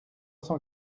cent